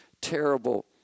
terrible